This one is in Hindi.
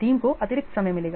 टीम को अतिरिक्त समय मिलेगा